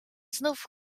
znów